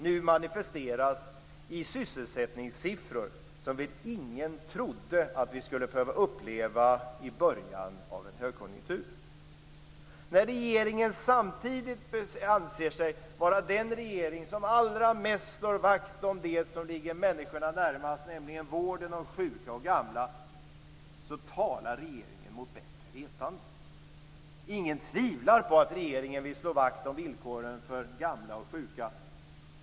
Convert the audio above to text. Det manifesteras nu i sysselsättningssiffror som väl ingen trodde att vi skulle behöva uppleva i början av en högkonjunktur. När regeringen anser sig vara den regering som allra mest slår vakt om det som ligger människorna närmast, nämligen vården av sjuka och gamla, talar regeringen mot bättre vetande. Ingen tvivlar på att regeringen vill slå vakt om villkoren för gamla och sjuka.